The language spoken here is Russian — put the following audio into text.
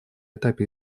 этапе